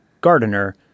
gardener